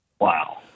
Wow